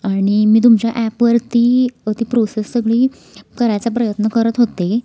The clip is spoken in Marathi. आणि मी तुमच्या ॲपवर ती ती प्रोसेस सगळी करायचा प्रयत्न करत होते